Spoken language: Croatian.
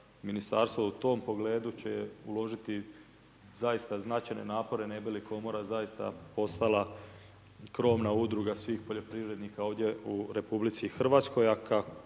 ministarstvo u tom pogledu će uložiti zaista značajne napore ne bi li Komora zaista postala krovna udruga svih poljoprivrednika ovdje u RH a kao